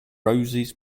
roses